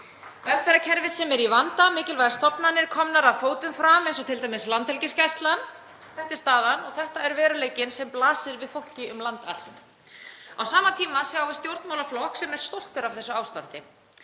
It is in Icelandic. velferðarkerfi sem er í vanda, mikilvægar stofnanir eru komnar að fótum fram eins og t.d. Landhelgisgæslan. Þetta er staðan og þetta er veruleikinn sem blasir við fólki um land allt. Á sama tíma sjáum við stjórnmálaflokk sem er stoltur af þessu ástandi.